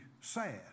sad